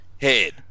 head